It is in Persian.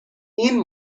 این